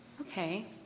Okay